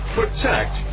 protect